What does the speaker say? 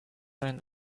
and